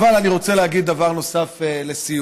אבל אני רוצה להגיד דבר נוסף לסיום.